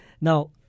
Now